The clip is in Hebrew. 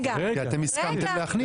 כי הסכמתם להכניס.